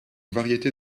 variété